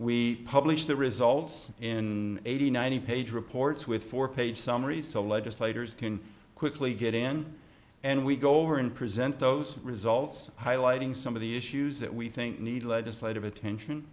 we publish the results in eighty ninety page reports with four page summary so legislators can quickly get in and we go over and present those results highlighting some of the issues that we think need legislative attention